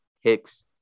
Hicks